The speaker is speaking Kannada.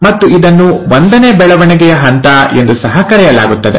ಮತ್ತು ಇದನ್ನು ಒಂದನೇ ಬೆಳವಣಿಗೆಯ ಹಂತ ಎಂದು ಸಹ ಕರೆಯಲಾಗುತ್ತದೆ